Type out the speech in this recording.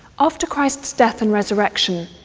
after christ's death and resurrection,